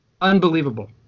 unbelievable